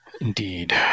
Indeed